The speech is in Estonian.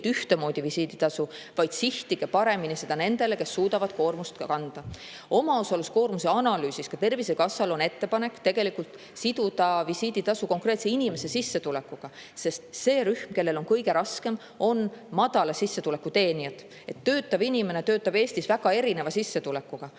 ühtemoodi visiiditasu, vaid sihtige paremini seda nendele, kes suudavad koormust kanda. Omaosaluskoormuse analüüsis ka Tervisekassal on ettepanek siduda visiiditasu konkreetse inimese sissetulekuga, sest see rühm, kellel on kõige raskem, on madala sissetuleku teenijad. Töötav inimene töötab Eestis väga erineva sissetulekuga,